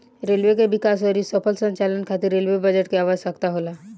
railway के विकास अउरी सफल संचालन खातिर रेलवे बजट के आवसकता होला